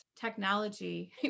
technology